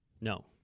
No